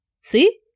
See